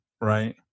right